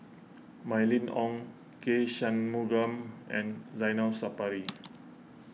Mylene Ong K Shanmugam and Zainal Sapari